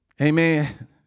Amen